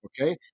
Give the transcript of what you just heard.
Okay